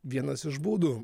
vienas iš būdų